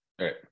Right